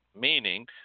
meaning